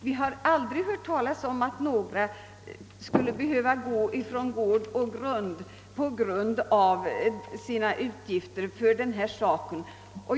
Vi har aldrig hört talas om att några skulle behöva gå från gård och grund med anledning av sina utgifter lör denna sak.